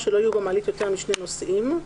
שלא יהיו במעלית יותר משני נוסעים,